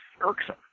irksome